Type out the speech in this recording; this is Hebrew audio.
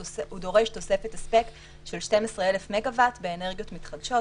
הוא דורש תוספת הספק של 12,000 מגוואט באנרגיות מתחדשות,